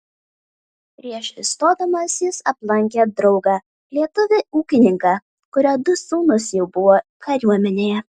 prieš įstodamas jis aplankė draugą lietuvį ūkininką kurio du sūnūs jau buvo kariuomenėje